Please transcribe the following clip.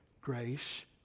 grace